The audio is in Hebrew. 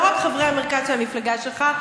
לא רק חברי המרכז של המפלגה שלך,